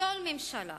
וכל ממשלה,